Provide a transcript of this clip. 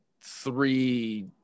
three